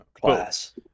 class